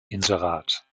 inserat